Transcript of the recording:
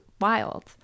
wild